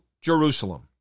Jerusalem